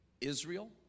Israel